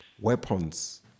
weapons